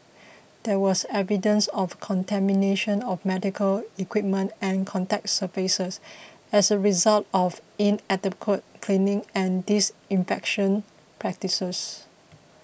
there was evidence of contamination of medical equipment and contact surfaces as a result of inadequate cleaning and disinfection practices